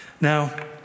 Now